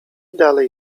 dalej